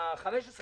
לגבי חמישה